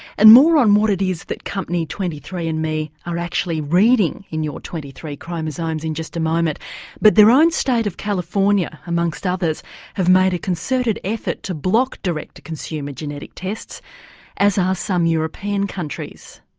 and more on what it is that company twenty three andme are actually reading in your twenty three chromosomes in just a moment but their own state of california amongst others have made a concerted effort to block direct to consumer genetic tests as are some european countries.